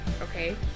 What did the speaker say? okay